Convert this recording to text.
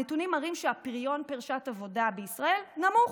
הנתונים מראים שהפריון פר שעת עבודה בישראל נמוך,